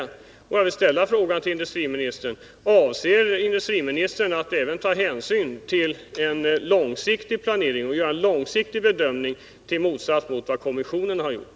Jag vill därför ställa frågan till industriministern: Avser industriministern att, i motsats till kommissionen, göra en långsiktig bedömning av Finnbodas framtid?